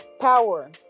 power